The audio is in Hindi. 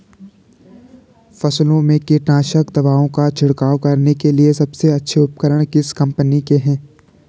फसलों में कीटनाशक दवाओं का छिड़काव करने के लिए सबसे अच्छे उपकरण किस कंपनी के हैं?